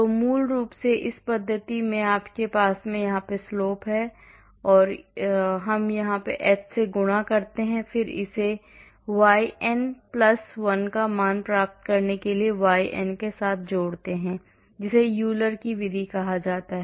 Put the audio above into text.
तो मूल रूप से इस पद्धति में आपके पास यहां slope है आपके पास यहां slope है और फिर हम यहां एच से गुणा करते हैं और फिर इसे yn 1 मान प्राप्त करने के लिए yn के साथ जोड़ते हैं जिसे यूलर की विधि कहा जाता है